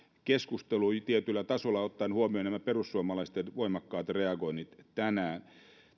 keskusteluun tietyllä tasolla ottaen huomioon nämä perussuomalaisten voimakkaat reagoinnit tänään